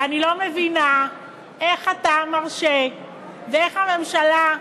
ואני לא מבינה איך אתה מרשה ואיך הממשלה,